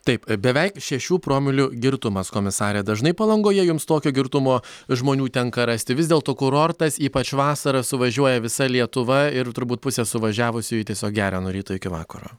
taip beveik šešių promilių girtumas komisare dažnai palangoje jums tokio girtumo žmonių tenka rasti vis dėlto kurortas ypač vasarą suvažiuoja visa lietuva ir turbūt pusė suvažiavusiųjų tiesiog geria nuo ryto iki vakaro